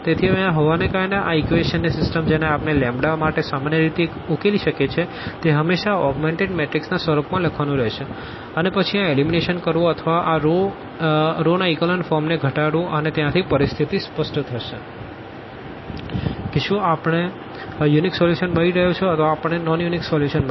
તેથી હવે આ હોવાને કારણે આ ઇક્વેશનની સિસ્ટમ જેને આપણે લેમ્બડા માટે સામાન્ય રીતે ઉકેલી શકીએ છીએ તે હંમેશાં આ ઓગ્મેનટેડ મેટ્રિક્સના સ્વરૂપમાં લખવાનું રહેશે અને પછી આ એલિમિનેશન કરવું અથવા આ રોના ઇકોલન ફોર્મને ઘટાડવું અને ત્યાંથી પરિસ્થિતિ સ્પષ્ટ થશે કે શું આપણને યુનિક સોલ્યુશન મળી રહ્યો છે અથવા આપણને નોન યુનિક સોલ્યુશન મળી રહ્યું છે